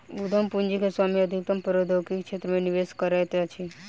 उद्यम पूंजी के स्वामी अधिकतम प्रौद्योगिकी क्षेत्र मे निवेश करैत अछि